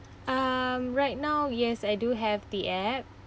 um right now yes I do have the app